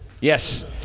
Yes